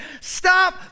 stop